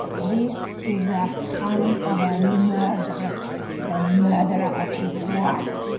this is the hand of a murderer the murderer of his wife